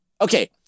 Okay